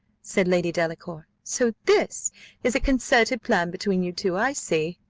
said lady delacour. so! this is a concerted plan between you two, i see,